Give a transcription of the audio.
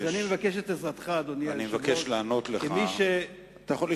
אז אני מבקש את עזרתך, אדוני היושב-ראש, כמי שבקי,